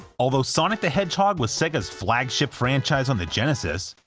although sonic the hedgehog was sega's flagship franchise on the genesis,